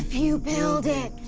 you build it,